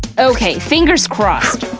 ok, fingers crossed,